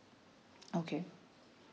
okay